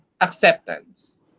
acceptance